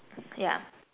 yeah